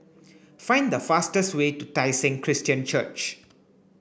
find the fastest way to Tai Seng Christian Church